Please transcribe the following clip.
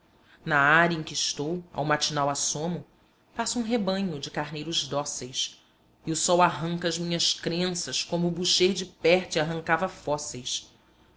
na área em que estou ao matinal assomo passa um rebanho de carneiros dóceis e o sol arranca as minhas crenças como boucher de perthes arrancava fósseis